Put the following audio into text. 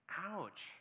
Ouch